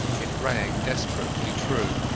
it rang desperately true,